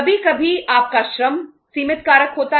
कभी कभी आपका श्रम सीमित कारक होता है